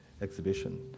exhibition